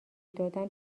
دادن